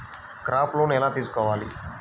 Crop loan ఎలా తీసుకోవాలి?